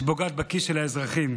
שפוגעת בכיס של האזרחים.